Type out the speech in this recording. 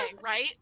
right